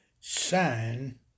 sign